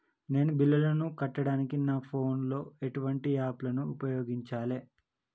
నేను బిల్లులను కట్టడానికి నా ఫోన్ లో ఎటువంటి యాప్ లను ఉపయోగించాలే?